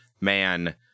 man